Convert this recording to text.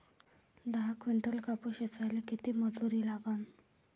दहा किंटल कापूस ऐचायले किती मजूरी लागन?